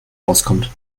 auskommt